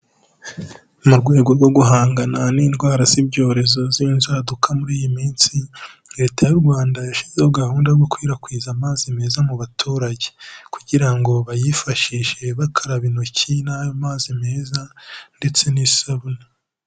Mu rwego rwo guhangana n'indwara z'ibyorezo z'inzaduka muri iyi minsi, Leta y'u Rwanda yashyizeho gahunda yo gukwirakwiza amazi meza mu baturage kugira ngo bayifashishe bakaraba intoki n'ayo mazi meza ndetse n'isabune.